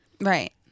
Right